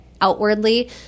outwardly